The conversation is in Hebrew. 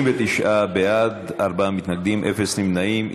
39 בעד, ארבעה מתנגדים, אפס נמנעים.